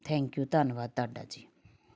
thank you ਧੰਨਵਾਦ ਤੁਹਾਡਾ ਜੀ